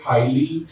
Highly